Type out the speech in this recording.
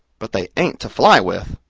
but they ain't to fly with!